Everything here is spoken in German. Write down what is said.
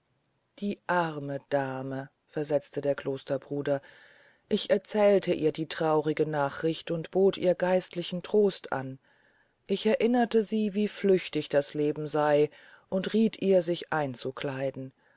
die arme dame versetzte der klosterbruder ich erzählte ihr die traurige nachricht und bot ihr geistlichen trost an ich erinnerte sie wie flüchtig das leben sey und rieth ihr sich einzukleiden